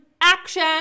action